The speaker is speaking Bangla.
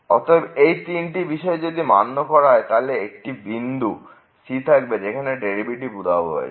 অতএব এই তিনটি বিষয় যদি মান্য করা হয় তাহলে একটি বিন্দু c থাকবে যেখানে ডেরিভেটিভটি উধাও হয়ে যাবে